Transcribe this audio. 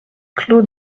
clos